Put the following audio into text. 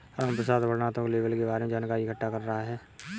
रामप्रसाद वर्णनात्मक लेबल के बारे में जानकारी इकट्ठा कर रहा है